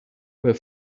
were